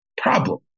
problem